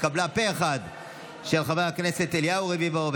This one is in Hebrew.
של חבר הכנסת אליהו רביבו,